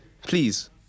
Please